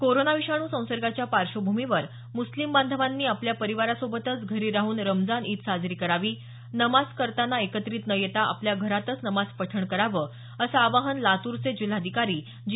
corona विषाणू संसर्गाच्या पार्श्वभूमीवर मुस्लिम बांधवानी आपल्या परिवारासोबतच घरी राहून रमजान ईद साजरी करावी नमाज करता एकत्रित न येता आपल्या घरातच नमाज पठण करावं असं आवाहन लातूरचे जिल्हाधिकारी जी